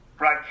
Right